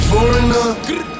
Foreigner